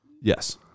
Yes